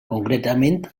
concretament